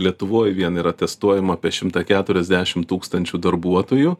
lietuvoj vien yra testuojama apie šimtą keturiasdešim tūkstančių darbuotojų